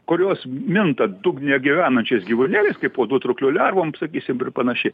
kurios minta dugne gyvenančiais gyvūnėliais kaip uodų trūklių lervom sakysim ir panašiai